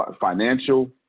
financial